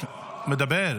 מדבר?